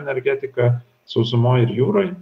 energetika sausumoj ir jūroj